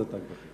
"תג מחיר".